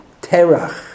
Terach